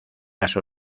las